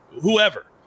whoever